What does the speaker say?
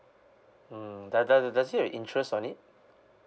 mm does does does it have interest on it